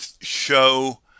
show